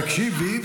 תקשיבי.